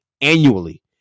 annually